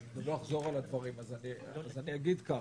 אני לא אחזור על הדברים, אבל אני אגיד כך: